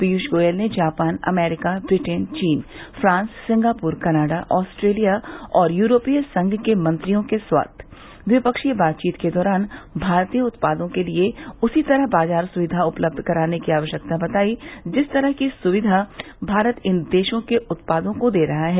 पीयूष गोयल ने Japan America Britain चीन France Singapore Canada Australia और यूरोपीय संघ के मंत्रियों के साथ द्विपक्षीय बातचीत के दौरान भारतीय उत्पादों के लिए उसी तरह बाजार सुविधा उपलब्ध कराने की आवश्यकता बताई जिस तरह की सुकिधा भारत इन देशों के उत्पादों को दे रहा है